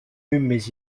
mais